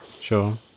sure